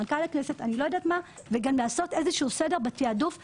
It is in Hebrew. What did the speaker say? מנכ"ל הכנסת וגם לעשות איזה סדר בתיעדוף בעבודה.